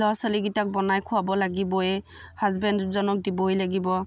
ল'ৰা ছোৱালীগিটাক বনাই খুৱাব লাগিবই হাজবেণ্ডজনক দিবই লাগিব